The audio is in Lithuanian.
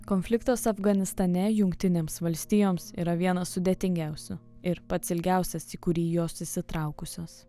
konfliktas afganistane jungtinėms valstijoms yra vienas sudėtingiausių ir pats ilgiausias į kurį jos įsitraukusios